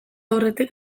aurretik